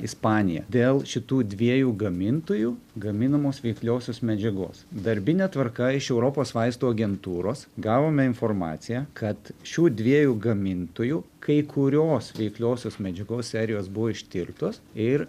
ispanija dėl šitų dviejų gamintojų gaminamos veikliosios medžiagos darbine tvarka iš europos vaistų agentūros gavome informaciją kad šių dviejų gamintojų kai kurios veikliosios medžiagos serijos buvo ištirtos ir